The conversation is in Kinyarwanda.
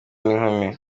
n’inkumi